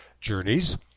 journeys